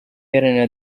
iharanira